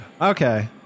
Okay